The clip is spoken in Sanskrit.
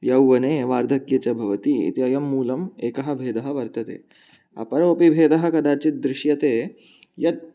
यौवने वार्धक्ये च भवति इति अयं मूलम् एकः भेदः वर्तते अपरोऽपि भेदः कदाचित् दृश्यते यत्